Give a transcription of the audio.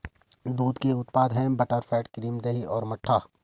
दूध के उत्पाद हैं बटरफैट, क्रीम, दही और मट्ठा